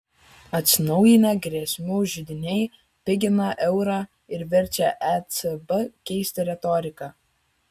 atsinaujinę grėsmių židiniai pigina eurą ir verčia ecb keisti retoriką